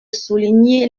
souligner